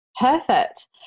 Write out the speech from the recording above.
Perfect